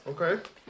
Okay